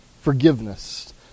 forgiveness